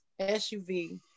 SUV